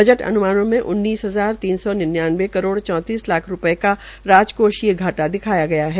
budget अनुमानों में उन्तीस हजार तीन सौ निन्यानबे करोड़ चौंतीस लाख रूपये का राजकीय घाटा दिखाया गया है